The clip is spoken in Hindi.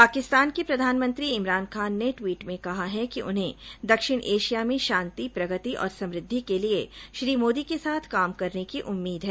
पाकिस्तान के प्रधानमंत्री इमरान खान ने ट्वीट में कहा है कि उन्हें दक्षिण एशिया में शांति प्रगति और समृद्धि के लिए श्री मोदी के साथ काम करने की उम्मीद है